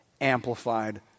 amplified